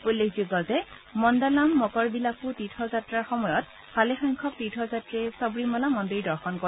উল্লেখযোগ্য যে মণ্ডালম মকৰবিলাকু তীৰ্থযাত্ৰাৰ সময়ত ভালেসংখ্যক তীৰ্থযাত্ৰীয়ে সৱৰীমালা মন্দিৰ দৰ্শন কৰে